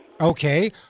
Okay